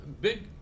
big